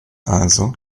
also